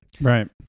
Right